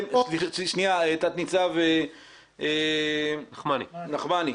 זו ועדת הפנים והגנת הסביבה של הכנסת שנתנה הנחיה ברורה